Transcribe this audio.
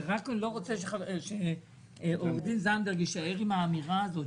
אני לא רוצה שעו"ד זנדברג יישאר עם האמירה הזאת,